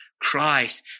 Christ